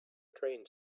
train